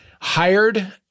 hired